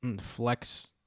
flex